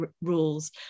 rules